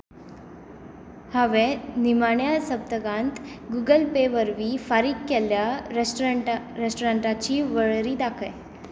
हांवें निमाण्या सप्तकांत गुगल पे वरवीं फारीक केल्ल्या रेस्टो रेस्टॉरंटाची वळेरी दाखय